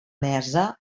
mesa